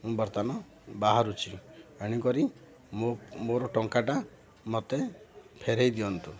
ମୁଁ ବର୍ତ୍ତମାନ ବାହାରୁଛି ଏଣୁକରି ମୋ ମୋର ଟଙ୍କାଟା ମତେ ଫେରେଇ ଦିଅନ୍ତୁ